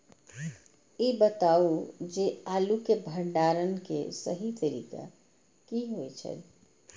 ई बताऊ जे आलू के भंडारण के सही तरीका की होय छल?